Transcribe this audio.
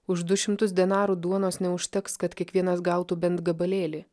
už du šimtus denarų duonos neužteks kad kiekvienas gautų bent gabalėlį